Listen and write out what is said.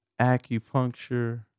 acupuncture